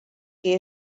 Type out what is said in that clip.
que